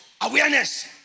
awareness